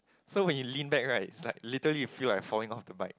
so when you lean back right it's like literally you feel like you're falling off the bike